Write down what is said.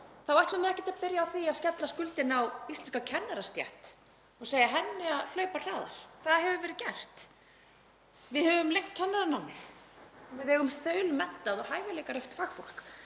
ætlum við ekkert að byrja á því að skella skuldinni á íslenska kennarastétt og segja henni að hlaupa hraðar. Það hefur verið gert. Við höfum lengt kennaranámið og við eigum þaulmenntað og hæfileikaríkt fagfólk,